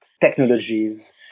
technologies